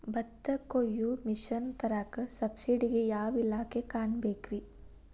ಭತ್ತ ಕೊಯ್ಯ ಮಿಷನ್ ತರಾಕ ಸಬ್ಸಿಡಿಗೆ ಯಾವ ಇಲಾಖೆ ಕಾಣಬೇಕ್ರೇ?